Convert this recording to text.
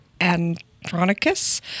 Andronicus